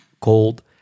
gold